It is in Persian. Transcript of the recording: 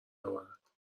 اورد